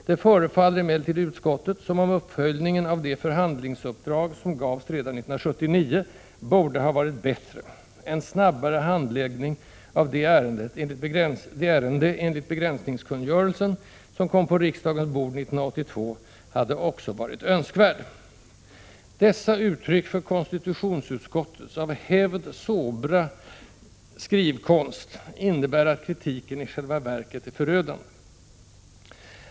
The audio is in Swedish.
—-- Det förefaller emellertid utskottet som om uppföljningen av det förhandlingsuppdrag som gavs redan 1979 borde ha varit bättre. En snabbare handläggning av det ärende enligt begränsnings 0 kungörelsen, som kom på riksdagens bord i maj 1982, hade också varit önskvärd.” Dessa uttryck för konstitutionsutskottets av hävd sobra skrivkonst innebär att kritiken i själva verket är förödande.